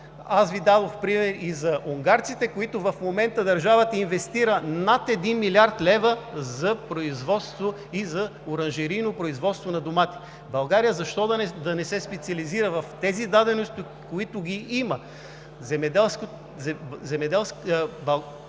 Аз Ви дадох пример и с унгарците, където в момента държавата инвестира над 1 млрд. лв. за производство и за оранжерийно производство на домати. България защо да не се специализира в тези дадености, които ги има?